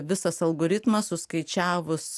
visas algoritmas suskaičiavus